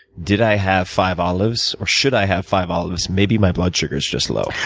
did i have five olives, or should i have five olives? maybe my blood sugar's just low.